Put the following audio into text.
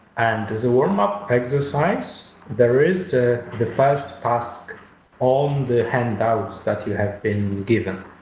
the the warm-up exercise there is the first task on the handouts that you have been given.